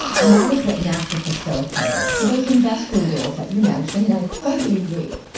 and that is what nafta facilitated. so those investor rules that you mentioned, and i totally agree,